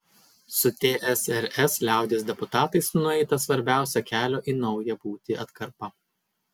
su tsrs liaudies deputatais nueita svarbiausia kelio į naują būtį atkarpa